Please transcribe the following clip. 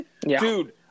Dude